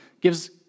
gives